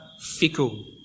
fickle